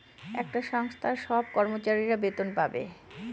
একটা সংস্থার সব কর্মচারীরা বেতন পাবে